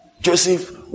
Joseph